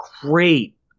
great